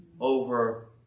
over